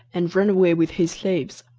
and run away with his slaves.